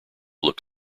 look